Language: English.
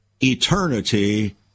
eternity